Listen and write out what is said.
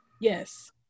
yes